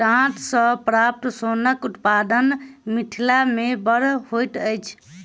डांट सॅ प्राप्त सोनक उत्पादन मिथिला मे बड़ होइत अछि